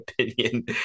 opinion